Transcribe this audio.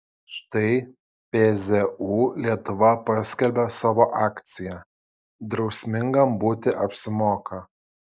štai pzu lietuva paskelbė savo akciją drausmingam būti apsimoka